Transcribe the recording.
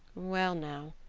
well now,